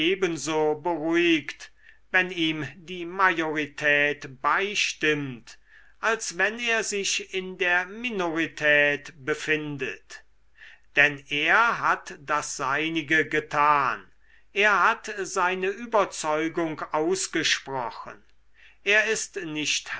beruhigt wenn ihm die majorität beistimmt als wenn er sich in der minorität befindet denn er hat das seinige getan er hat seine überzeugung ausgesprochen er ist nicht